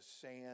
sand